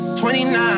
29